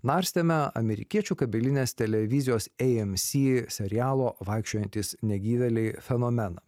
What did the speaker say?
narstėme amerikiečių kabelinės televizijos ei em si serialo vaikščiojantys negyvėliai fenomeną